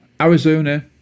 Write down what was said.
Arizona